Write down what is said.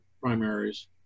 primaries